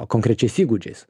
konkrečiais įgūdžiais